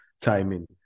timing